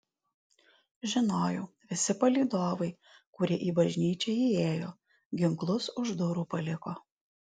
žinojau visi palydovai kurie į bažnyčią įėjo ginklus už durų paliko